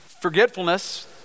Forgetfulness